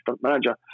manager